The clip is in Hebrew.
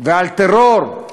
ועל טרור,